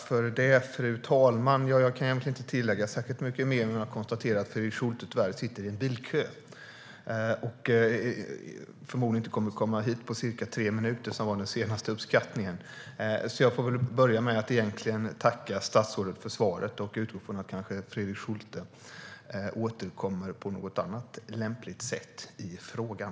Fru talman! Jag kan egentligen inte säga särskilt mycket utan konstaterar bara att Fredrik Schulte tyvärr sitter i en bilkö. Förmodligen kommer han inte hit förrän om cirka tre minuter, vilket var den senaste uppskattningen. Jag får tacka statsrådet för svaret och utgå från att Fredrik Schulte kanske återkommer på något lämpligt sätt i frågan.